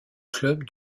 club